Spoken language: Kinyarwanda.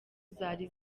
zari